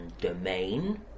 domain